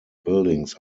buildings